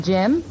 Jim